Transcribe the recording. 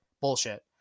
bullshit